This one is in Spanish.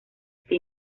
este